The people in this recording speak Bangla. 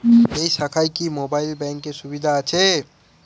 এই শাখায় কি মোবাইল ব্যাঙ্কের সুবিধা আছে?